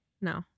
no